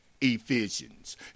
Ephesians